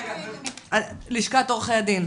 בבקשה, לשכת עורכי הדין.